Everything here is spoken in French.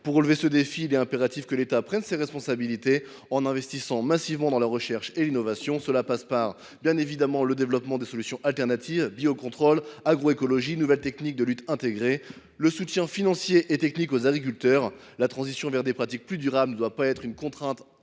Pour relever ce défi, il est impératif que l’État prenne ses responsabilités en investissant massivement dans la recherche et l’innovation. Cela passe bien évidemment par le développement de solutions alternatives : biocontrôle, agroécologie, nouvelles techniques de lutte intégrée, soutien financier et technique aux agriculteurs. La transition vers des pratiques plus durables doit être non pas une contrainte